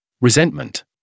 resentment